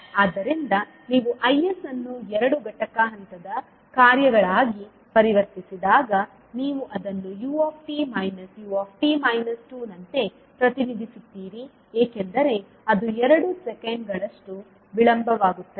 ಆದ್ದರಿಂದ ನೀವು Is ಅನ್ನು ಎರಡು ಘಟಕ ಹಂತದ ಕಾರ್ಯಗಳಾಗಿ ಪರಿವರ್ತಿಸಿದಾಗ ನೀವು ಅದನ್ನು ut u ನಂತೆ ಪ್ರತಿನಿಧಿಸುತ್ತೀರಿ ಏಕೆಂದರೆ ಅದು ಎರಡು ಸೆಕೆಂಡುಗಳಷ್ಟು ವಿಳಂಬವಾಗುತ್ತದೆ